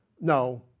No